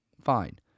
fine